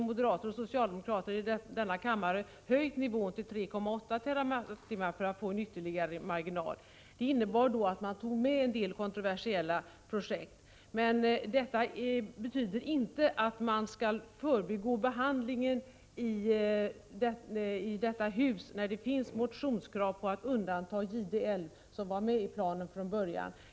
Moderater och socialdemokrater i denna kammare har sedan höjt nivån till 3,8 TWh för att få en ytterligare marginal. Det innebar att man tog med en del kontroversiella projekt, men detta betyder inte att man skall förbigå behandlingen i detta hus när det finns motionskrav om att undanta Gide älv som var med i planen från början.